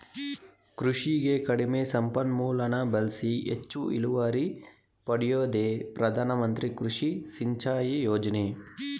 ಕೃಷಿಗೆ ಕಡಿಮೆ ಸಂಪನ್ಮೂಲನ ಬಳ್ಸಿ ಹೆಚ್ಚು ಇಳುವರಿ ಪಡ್ಯೋದೇ ಪ್ರಧಾನಮಂತ್ರಿ ಕೃಷಿ ಸಿಂಚಾಯಿ ಯೋಜ್ನೆ